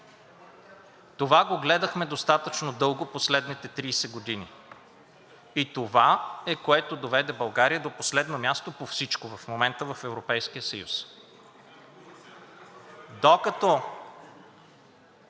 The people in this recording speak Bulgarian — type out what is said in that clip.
Това го гледахме достатъчно дълго в последните 30 години, и това е, което доведе България до последно място по всичко в момента в Европейския съюз. Докато